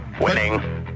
winning